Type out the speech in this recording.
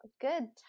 Good